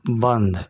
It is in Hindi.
बंद